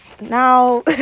now